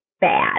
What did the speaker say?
bad